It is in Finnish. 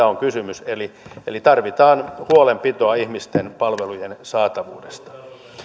on kysymys eli eli tarvitaan huolenpitoa ihmisten palvelujen saatavuudesta